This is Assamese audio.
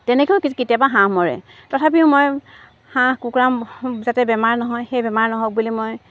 তেনেকৈও কি কেতিয়াবা হাঁহ মৰে তথাপিও মই হাঁহ কুকুৰা যাতে বেমাৰ নহয় সেই বেমাৰ নহওক বুলি মই